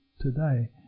today